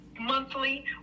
monthly